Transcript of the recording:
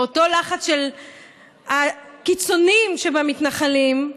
בלחץ של הקיצונים שבמתנחלים,